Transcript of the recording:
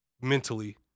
mentally